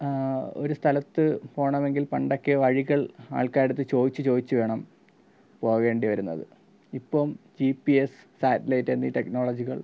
ഒരു സ്ഥലത്തു പോകണമെങ്കിൽ പണ്ടൊക്കെ വഴികൾ ആൾക്കാരുടെ അടുത്ത് ചോദിച്ചു ചോദിച്ചു വേണം പോകേണ്ടി വരുന്നത് ഇപ്പം ജി പി എസ് സാറ്റ്ലൈറ്റ് എന്നീ ടെക്നോളജികൾ